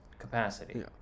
capacity